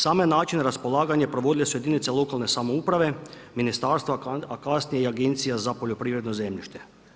Sam način raspolaganja provodile su jedinice lokalne samouprave, ministarstva, a kasnije i Agencija za poljoprivredno zemljište.